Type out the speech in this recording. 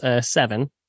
seven